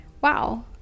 wow